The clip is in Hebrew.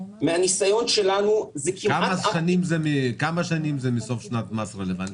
מהניסיון שלנו זה כמעט --- כמה שנים זה מסוף שנת מס רלוונטית?